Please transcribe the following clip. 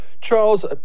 Charles